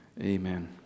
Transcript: Amen